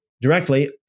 directly